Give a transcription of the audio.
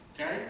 okay